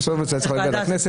בסוף זה צריך להגיע לוועדת הכנסת.